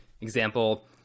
Example